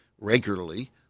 regularly